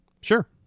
Sure